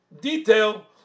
detail